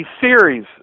series